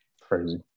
Crazy